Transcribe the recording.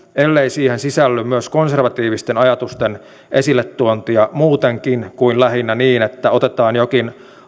ellei siihen sisälly myös konservatiivisten ajatusten esilletuontia muutenkin kuin lähinnä niin että otetaan jokin